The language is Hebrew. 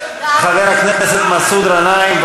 חבר הכנסת מסעוד גנאים,